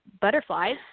butterflies